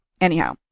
anyhow